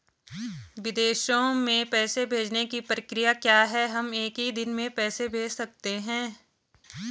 विदेशों में पैसे भेजने की प्रक्रिया क्या है हम एक ही दिन में पैसे भेज सकते हैं?